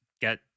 get